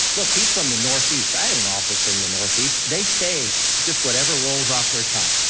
like he's from the northeast. i had an office in the northeast, they say just whatever rolls off their tongue.